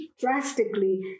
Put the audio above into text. drastically